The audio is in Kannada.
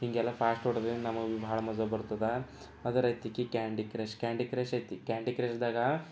ಹೀಗೆಲ್ಲ ಫಾಸ್ಟ್ ಓಡಿದ್ರೆ ನಮಗೆ ಬೀ ಬಹಳ ಮಜ ಬರ್ತದೆ ಅದೇ ರೀತಿ ಕಿ ಕ್ಯಾಂಡಿ ಕ್ರಶ್ ಕ್ಯಾಂಡಿ ಕ್ರಶ್ ಐತಿ ಕ್ಯಾಂಡಿ ಕ್ರಶ್ದಾಗೆ